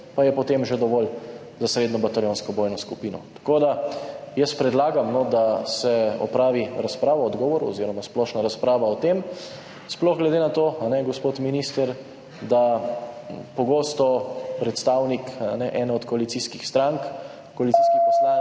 pa je potem že dovolj za srednjo bataljonsko bojno skupino. Jaz predlagam, da se opravi razprava o odgovoru oziroma splošna razprava o tem, sploh glede na to, a ne gospod minister, da pogosto predstavnik ene od koalicijskih strank, koalicijski poslanec